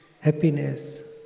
happiness